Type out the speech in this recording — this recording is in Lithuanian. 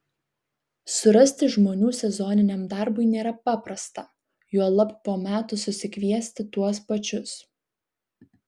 surasti žmonių sezoniniam darbui nėra paprasta juolab po metų susikviesti tuos pačius